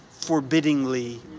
forbiddingly